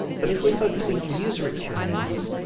but if we are focusing on the user experience,